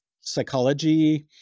psychology